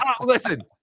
Listen